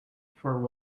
for